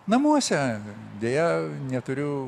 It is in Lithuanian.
namuose deja neturiu